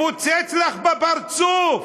תתפוצץ לך בפרצוף.